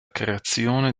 creazione